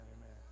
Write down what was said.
amen